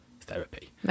therapy